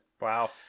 Wow